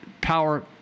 power